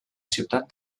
ciutat